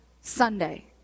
Sunday